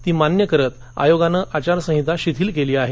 ती मान्य करत आयोगानं आचारसंहिता शिथिल केली आहे